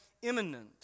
imminent